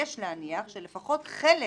יש להניח שלפחות חלק